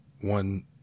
one